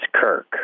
Kirk